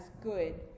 good